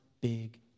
big